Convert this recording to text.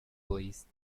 please